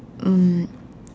um